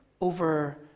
over